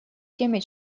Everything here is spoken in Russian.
теме